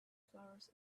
flowers